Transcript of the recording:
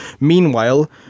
meanwhile